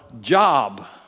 job